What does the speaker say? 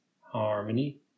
harmony